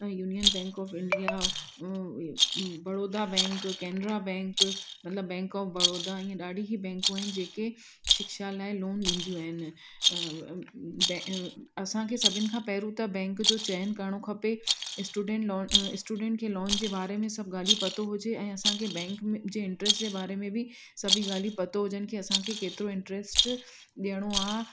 ऐं union bank of India उहो Baroda bank Canara bank मतिलबु बैंक ऑफ बड़ौदा इअं ॾाढियूं ई बैंक आहिनि जेके शिक्षा लाइ लोन ॾींदियूं आहिनि असांखे सभिनी खां पहिरूं त बैंक जो चयनि करिणो खपे इस्टूडंट लोन स्टूडेंट खे लोन जे बारे में सभु ॻाल्हियूं पतो हुजे ऐं असांखे बैंक जे इंट्रस्ट जे बारे में बि सभेई ॻाल्हियूं पतो हुजनि की असांखे केतिरो इंट्रस्ट ॾियणो आहे